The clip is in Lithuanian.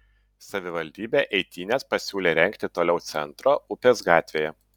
savivaldybė eitynes pasiūlė rengti toliau centro upės gatvėje